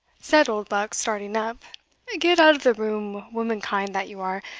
said oldbuck, starting up get out of the room, womankind that you are,